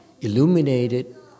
illuminated